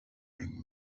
ring